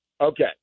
Okay